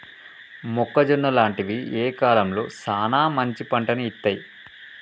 మొక్కజొన్న లాంటివి ఏ కాలంలో సానా మంచి పంటను ఇత్తయ్?